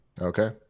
Okay